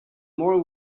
more